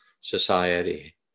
society